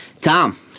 Tom